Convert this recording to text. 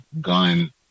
gun